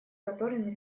которыми